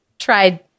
tried